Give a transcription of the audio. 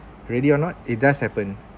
ready or not it does happen